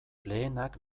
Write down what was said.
lehenak